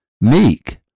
meek